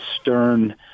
stern